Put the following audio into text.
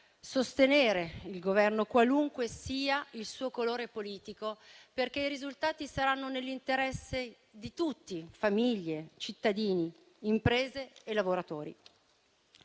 sostenere il Governo, qualunque sia il suo colore politico, perché i risultati saranno nell'interesse di tutti: famiglie, cittadini, imprese e lavoratori.